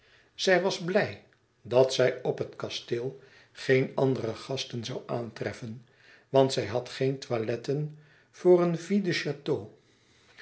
zij was blij dat zij op het kasteel geen andere gasten zoû aantreffen want zij had geen toiletten voor een